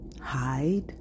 hide